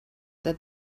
that